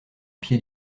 pied